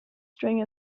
string